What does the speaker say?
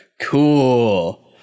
Cool